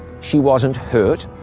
she wasn't hurt,